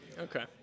Okay